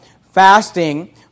fasting